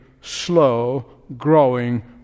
slow-growing